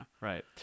right